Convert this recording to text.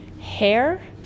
Hair